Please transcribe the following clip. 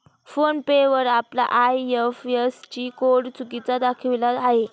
phone पे वर आपला IFSC code चुकीचा दाखविला आहे